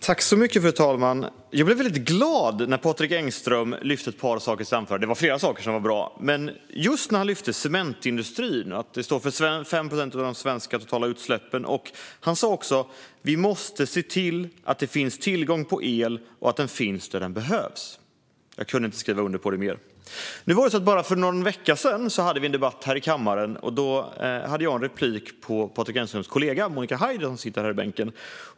Fru talman! Jag blev väldigt glad när Patrik Engström lyfte ett par saker i sitt anförande. Det var i och för sig flera saker som var bra, men jag tänker på när han lyfte just cementindustrin och att den står för 5 procent av de svenska totala utsläppen. Han sa också: Vi måste se till att det finns tillgång på el och att den finns där den behövs. Jag skulle inte kunna skriva under på detta med större eftertryck. För bara någon vecka sedan hade vi en debatt här i kammaren. Då hade jag ett replikskifte med Patrik Engströms kollega Monica Haider, som sitter här i bänken.